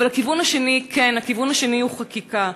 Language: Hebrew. אבל הכיוון השני, כן, הכיוון השני הוא חקיקה.